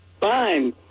Fine